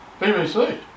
PVC